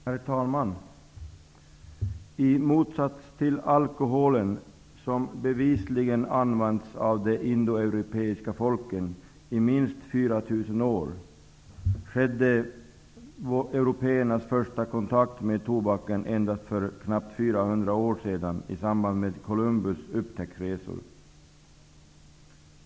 Herr talman! I motsats till alkoholen, som bevisligen har använts av de indoeuropeiska folken i minst 4 000 år, skedde Europeernas första kontakt med tobaken endast för knappt 400 år sedan i samband med Columbus upptäcktsresor.